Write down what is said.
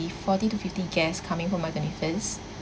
forty to fifty guests coming for my twenty first